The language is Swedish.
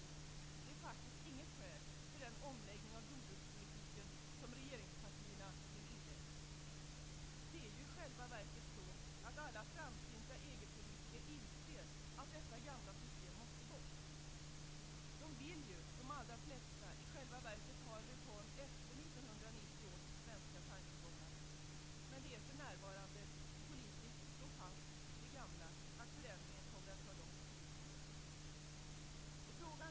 Har det vid något tillfälle varit svårt att få tag i de varorna? Bedömer vi den säkerhetspolitiska situationen som sådan att det kommer att finnas risk för att det skall bli så?